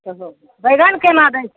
बैगन केना दै